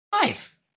five